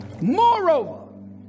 Moreover